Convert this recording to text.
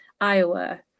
Iowa